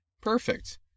Perfect